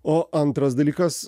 o antras dalykas